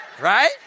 right